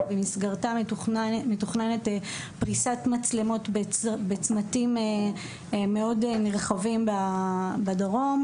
אבל במסגרתה מתוכננת פריסת מצלמות בצמתים מאוד נרחבים בדרום,